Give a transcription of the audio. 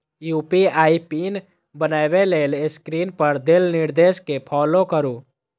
UPI pin बनबै लेल screen पर देल निर्देश कें फॉलो करू